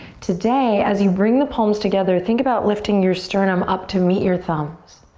today as you bring the palms together think about lifting your sternum up to meet your thumbs.